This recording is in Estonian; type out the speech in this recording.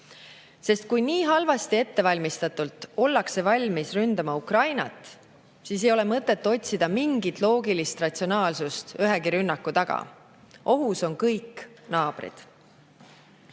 Sest kui nii halvasti ettevalmistatult ollakse valmis ründama Ukrainat, siis ei ole mõtet otsida mingit loogilist ratsionaalsust ühegi rünnaku taga, ohus on kõik naabrid.